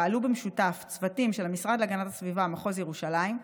פעלו במשותף צוותים של המשרד להגנת הסביבה מחוז ירושלים,